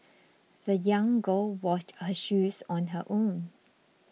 the young girl washed her shoes on her own